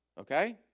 okay